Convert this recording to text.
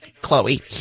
Chloe